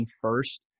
first